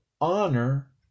honor